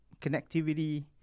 connectivity